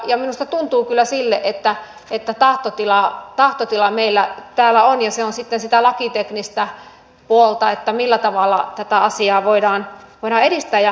ja minusta tuntuu kyllä että tahtotila meillä täällä on ja se on sitten sitä lakiteknistä puolta että millä tavalla tätä asiaa voidaan edistää